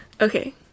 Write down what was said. Okay